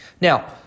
Now